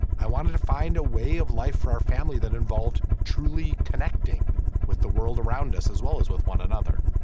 i wanted to find a way of life for our family that involved truly connecting with the world around us as well as with one another.